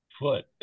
foot